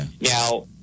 Now